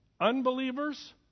unbelievers